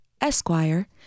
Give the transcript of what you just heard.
Esquire